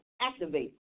activate